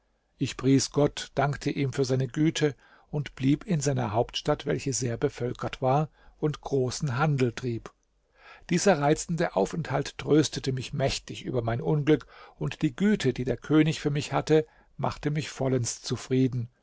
ich pries gott dankte ihm für seine güte und blieb in seiner hauptstadt welche sehr bevölkert war und großen handel trieb dieser reizende aufenthalt tröstete mich mächtig über mein unglück und die güte die der könig für mich hatte machte mich vollends zufrieden